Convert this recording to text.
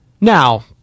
Now